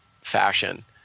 fashion